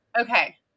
Okay